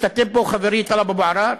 והשתתף בו חברי טלב אבו עראר,